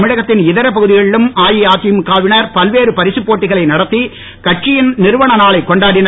தமிழகத்தின் இதர பகுதிகளிலும் அஇஅதிமுகவினர் பல்வேறு பரிசுப் போட்டிகளை நடத்தி கட்சியின் நிறுவன நாளை கொண்டாடினர்